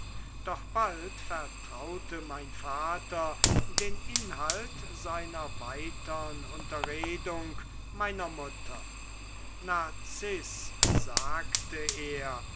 doch bald vertraute mein vater den inhalt seiner weitern unterredung meiner mutter narziß sagte er